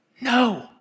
No